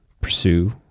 pursue